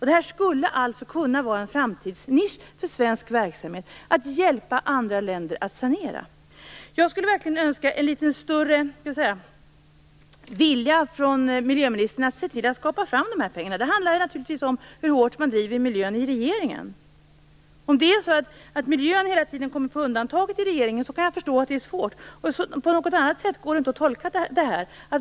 Det skulle därför kunna vara en framtidsnisch för svensk verksamhet att hjälpa andra länder att sanera. Jag skulle verkligen önska att det fanns en litet större vilja hos miljöministern att se till att ta fram pengarna. Det handlar naturligtvis om hur hårt man driver miljöfrågorna i regeringen. Om miljöfrågorna hela tiden kommer på undantag i regeringen förstår jag att det är svårt. På något annat sätt går det inte att tolka detta.